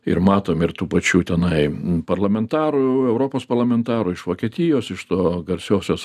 ir matom ir tų pačių tenai parlamentarų europos parlamentarų iš vokietijos iš to garsiosios